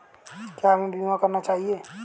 क्या हमें बीमा करना चाहिए?